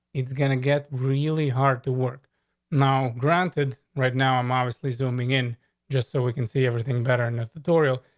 it's gonna get really hard to work now, granted, right now, i'm obviously doing begin just so we can see everything better in the editorial.